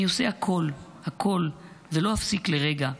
אני עושה הכול, הכול ולא אפסיק לרגע!